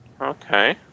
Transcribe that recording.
Okay